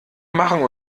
machen